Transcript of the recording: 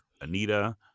Anita